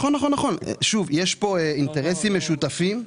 נכון, נכון נכון, שוב יש פה אינטרסים משותפים.